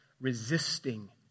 resisting